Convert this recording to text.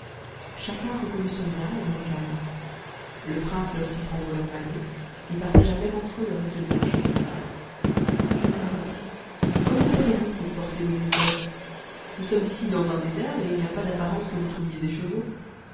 chacun reconnut son bien et le réclama le prince leur fit prendre leurs ballots et partagea même entre eux le reste des marchandises puis il leur dit comment ferez-vous pour porter vosétouës nous sommes ici dans un désert et il n'y a pas d'apparence que vous trouviez des chevaux